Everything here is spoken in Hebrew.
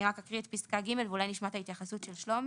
אני רק אקריא את פסקה ג' ואולי נשמע את ההתייחסות של שלומי.